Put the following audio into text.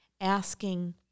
asking